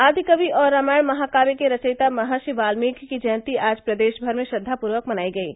आदिकवि और रामायण महाकाव्य के रचयिता महर्षि वाल्मीकि की जयंती आज प्रदेश भर में श्रद्वा पूर्वक मनायी गयी